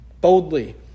boldly